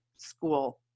school